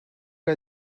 que